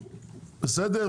בסדר?